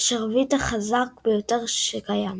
השרביט החזק ביותר שקיים.